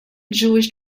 jewish